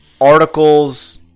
articles –